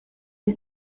ist